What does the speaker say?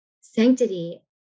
sanctity